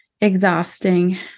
exhausting